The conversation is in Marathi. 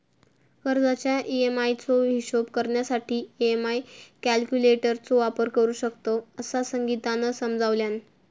कर्जाच्या ई.एम्.आई चो हिशोब करण्यासाठी ई.एम्.आई कॅल्क्युलेटर चो वापर करू शकतव, असा संगीतानं समजावल्यान